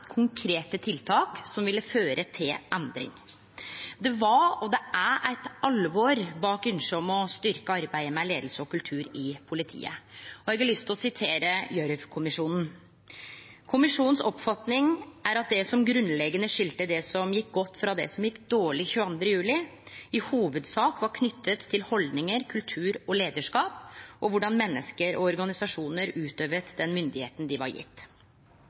konkrete tiltak som ville føre til endring. Det var og er eit alvor bak ynsket om å styrkje arbeidet med leiing og kultur i politiet. Eg har lyst til å sitere Gjørv-kommisjonen: «Kommisjonens oppfatning er at det som grunnleggende skilte det som gikk godt fra det som gikk dårlig 22/7, i hovedsak var knyttet til holdninger, kultur og lederskap, og hvordan mennesker og organisasjoner utøvet den myndighet de var gitt.»